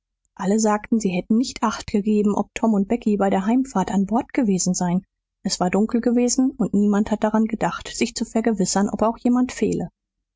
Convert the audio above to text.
alle sagten sie sie hätten nicht acht gegeben ob tom und becky bei der heimfahrt an bord gewesen seien es war dunkel gewesen und niemand hatte daran gedacht sich zu vergewissern ob auch jemand fehle